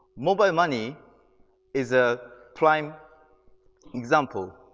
mobile money is a prime example.